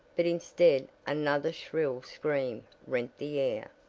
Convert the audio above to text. but instead another shrill scream rent the air.